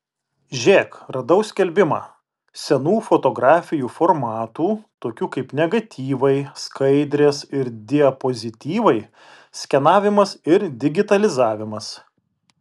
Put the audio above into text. žėk radau skelbimą senų fotografijų formatų tokių kaip negatyvai skaidrės ir diapozityvai skenavimas ir digitalizavimas